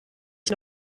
ich